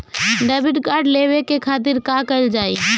Debit card लेवे के खातिर का कइल जाइ?